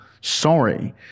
sorry